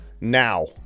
Now